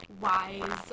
wise